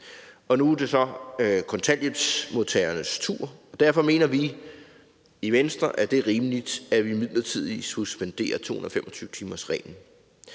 Nu er det så kontanthjælpsmodtagernes tur, og derfor mener vi i Venstre, at det er rimeligt, at vi midlertidigt suspenderer 225-timersreglen.